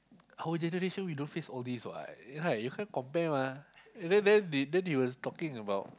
our generation we don't face all these [what] right you can't compare mah then then they then he was talking about